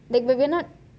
like we are not